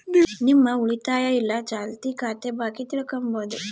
ನಿಮ್ಮ ಉಳಿತಾಯ ಇಲ್ಲ ಚಾಲ್ತಿ ಖಾತೆ ಬಾಕಿ ತಿಳ್ಕಂಬದು